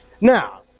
Now